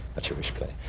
a jewish